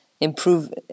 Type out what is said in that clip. improve